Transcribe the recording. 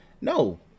No